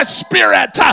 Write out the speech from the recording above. spirit